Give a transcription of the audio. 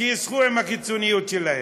שישחו עם הקיצוניות שלהם.